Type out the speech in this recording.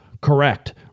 Correct